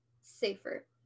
safer